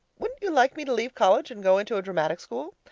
wouldn't you like me to leave college and go into a dramatic school?